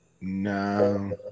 No